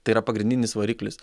tai yra pagrindinis variklis